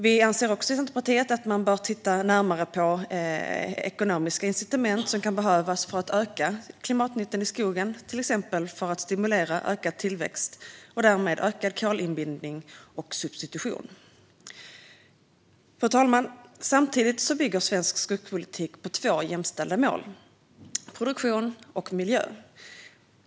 Vi anser också i Centerpartiet att man bör titta närmare på vilka ekonomiska incitament som kan behövas för att öka klimatnyttan i skogen, till exempel för att stimulera ökad tillväxt och därmed ökad kolinbindning och substitution. Fru talman! Samtidigt bygger svensk skogspolitik på två jämställda mål: produktion och miljö.